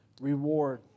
reward